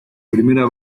primera